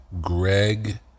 Greg